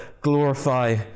glorify